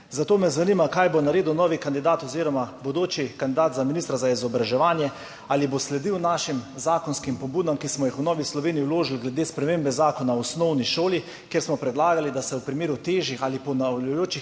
Zato me zanima, kaj bo naredil novi kandidat oziroma bodoči kandidat za ministra za izobraževanje. ali bo sledil našim zakonskim pobudam, ki smo jih v Novi Sloveniji vložili glede spremembe Zakona o osnovni šoli, kjer smo predlagali, da se v primeru težjih ali ponavljajočih